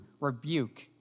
rebuke